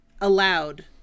allowed